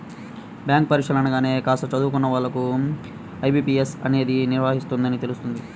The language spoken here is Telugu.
బ్యాంకు పరీక్షలు అనగానే కాస్త చదువుకున్న వాళ్ళకు ఐ.బీ.పీ.ఎస్ అనేది నిర్వహిస్తుందని తెలుస్తుంది